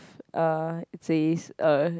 uh it says